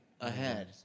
ahead